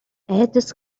айдас